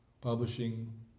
publishing